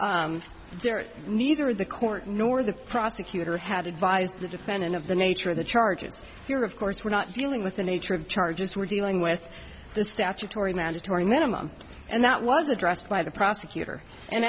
are neither the court nor the prosecutor had advised the defendant of the nature of the charges here of course we're not dealing with the nature of charges we're dealing with the statutory mandatory minimum and that was addressed by the prosecutor and